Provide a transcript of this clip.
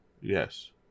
Yes